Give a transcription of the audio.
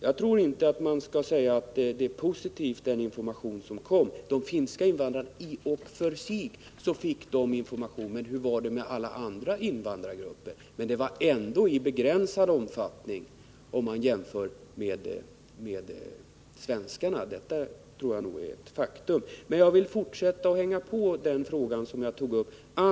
Jag tror inte att man kan se positivt på den information som gavs. I och för sig fick de finska invandrarna information, men hur var det med alla andra invandrargrupper? De fick trots allt information i begränsad omfattning i jämförelse med svenskarna — det tror jag är ett faktum. Jag vill gå vidare med den fråga jag tog upp tidigare.